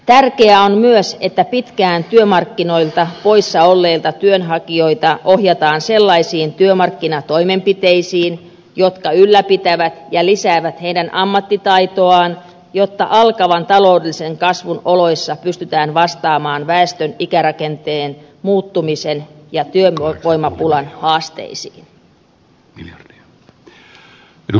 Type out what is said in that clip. tärkeää on myös että pitkään työmarkkinoilta poissa olleita työnhakijoita ohjataan sellaisiin työmarkkinatoimenpiteisiin jotka ylläpitävät ja lisäävät heidän ammattitaitoaan jotta alkavan taloudellisen kasvun oloissa pystytään vastaamaan väestön ikärakenteen muuttumisen ja työvoimapulan haasteisiin